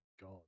God